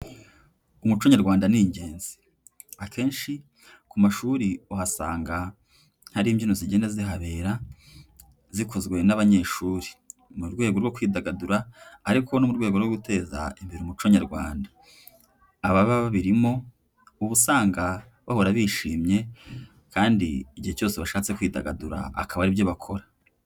Umuco nyarwanda ni ingenzi. Akenshi ku mashuri uhasanga hari imbyino zigenda zihabera, zikozwe n'abanyeshuri, mu rwego rwo kwidagadura ariko no mu rwego rwo guteza imbere umuco nyarwanda. Ababa babirimo uba usanga bahora bishimye, kandi igihe cyose bashatse kwidagadura akaba ari byo bakora .